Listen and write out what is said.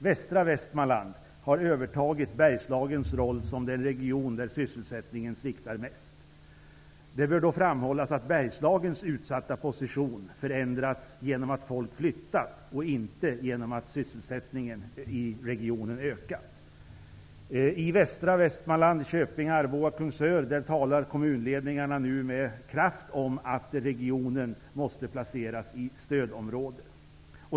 Västra Västmanland har övertagit Bergslagens roll som den region där sysselsättningen sviktar mest. Det bör framhållas att Bergslagens utsatta position förändrats genom att folk flyttat och inte genom att sysselsättningen i regionen ökat. Kungsör -- talar kommunledningarna nu med kraft om att regionen måste bli stödområde.